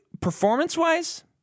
performance-wise